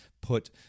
put